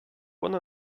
one